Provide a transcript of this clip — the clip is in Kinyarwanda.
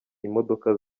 imodoka